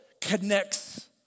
connects